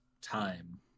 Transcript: time